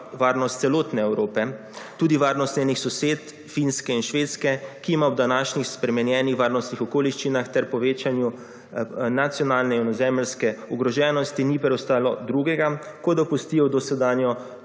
varnost celotne Evrope, tudi varnost njenih sosed, Finske in Švedske, ki ima ob današnjih spremenjenih varnostnih okoliščinah ter povečanju nacionalne in ozemeljske ogroženosti ni preostalo drugega, kot da opustijo dosedanjo